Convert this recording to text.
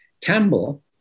Campbell